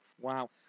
Wow